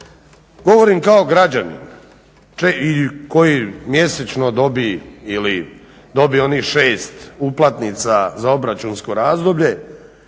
Govorim kao građanin koji mjesečno dobije ili dobije onih 6 uplatnica za obračunsko razdoblje